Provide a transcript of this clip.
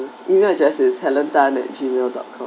email addresses is helen tan at Gmail dot co~